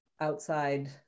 outside